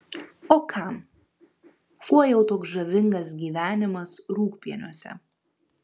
o kam kuo jau toks žavingas gyvenimas rūgpieniuose